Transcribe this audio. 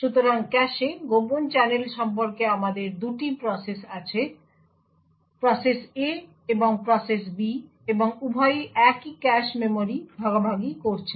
সুতরাং ক্যাশে গোপন চ্যানেল সম্পর্কে আমাদের 2টি প্রসেস আছে প্রসেস A এবং প্রসেস B এবং উভয়ই একই ক্যাশ মেমরি ভাগাভাগি করছে